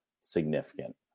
significant